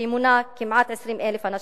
שהיא מונה כמעט 20,000 אנשים,